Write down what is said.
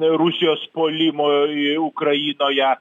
rusijos puolimo ii ukrainoje